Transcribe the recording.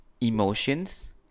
emotions